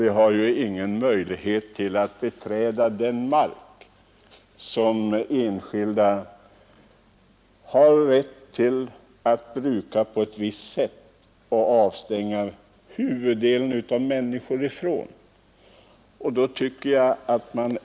Vi har t.ex. ingen möjlighet att beträda den mark som enskilda har rätt att bruka på ett visst sätt och avstänga huvuddelen av människorna från.